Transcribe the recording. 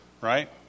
right